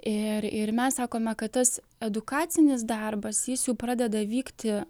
ir ir mes sakome kad tas edukacinis darbas jis jau pradeda vykti